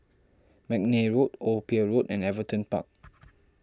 McNair Road Old Pier Road and Everton Park